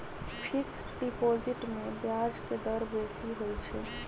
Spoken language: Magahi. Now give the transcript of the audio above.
फिक्स्ड डिपॉजिट में ब्याज के दर बेशी होइ छइ